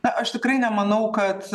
na aš tikrai nemanau kad